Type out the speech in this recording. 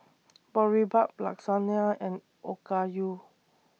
Boribap Lasagna and Okayu